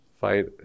fight